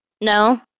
No